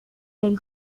del